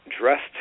dressed